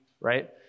right